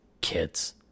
kids